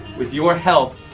with your help,